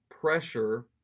pressure